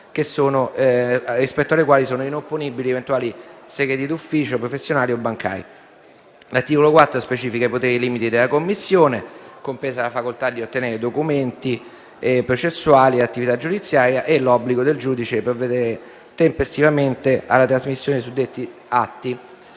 rispetto alle quali sono inopponibili eventuali segreti d'ufficio, professionali o bancari. L'articolo 4 specifica i poteri e i limiti della Commissione, compresa la facoltà di ottenere documenti processuali dall'autorità giudiziaria, e stabilisce l'obbligo del giudice di provvedere tempestivamente alla trasmissione dei suddetti atti.